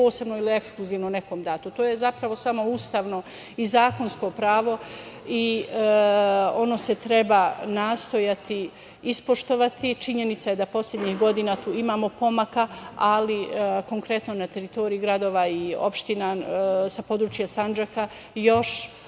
posebno ili ekskluzivno nekom dato. To je zapravo samo ustavno i zakonsko pravo i ono se treba nastojati ispoštovati. Činjenica je da poslednjih godina tu imamo pomaka, ali konkretno na teritoriji gradova i opština sa područja Sandžaka još,